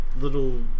little